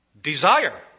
desire